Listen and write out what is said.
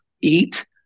eat